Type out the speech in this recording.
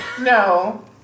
No